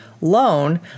loan